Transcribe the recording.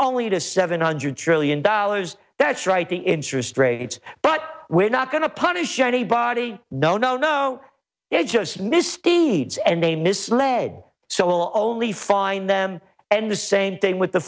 only to seven hundred trillion dollars that's right the interest rates but we're not going to punish anybody no no no it's just misdeeds and they misled so will only find them and the same thing with the